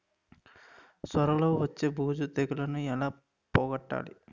సొర లో వచ్చే బూజు తెగులని ఏల పోగొట్టాలి?